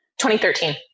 2013